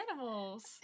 animals